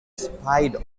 spied